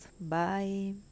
bye